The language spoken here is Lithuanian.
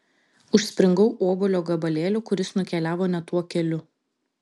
užspringau obuolio gabalėliu kuris nukeliavo ne tuo keliu